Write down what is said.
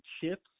chips